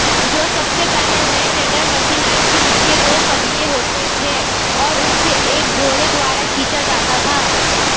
जो सबसे पहले हे टेडर मशीन आई थी उसके दो पहिये होते थे और उसे एक घोड़े द्वारा खीचा जाता था